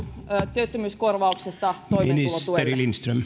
työttömyyskorvauksesta toimeentulotuelle